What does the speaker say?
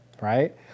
Right